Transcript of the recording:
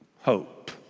hope